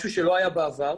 משהו שלא היה בעבר.